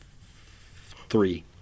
three